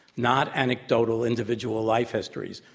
not anecdotal individual life histories,